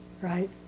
right